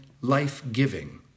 life-giving